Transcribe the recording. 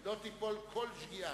מרגע זה לא תיפול כל שגיאה.